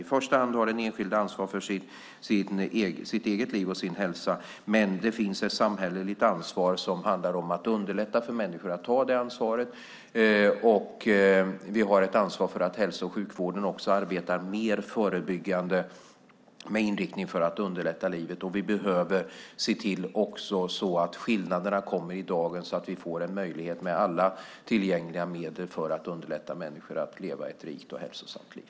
I första hand har den enskilda individen ansvar för sitt liv och sin hälsa, men det finns också ett samhälleligt ansvar som handlar om att underlätta för människor att ta det ansvaret. Vi har även ett ansvar för att hälso och sjukvården arbetar mer förebyggande med inriktning på att underlätta livet för människorna. Dessutom behöver vi se till att skillnaderna kommer i dagen så att vi, med alla tillgängliga medel, kan underlätta för människor att leva ett rikt och hälsosamt liv.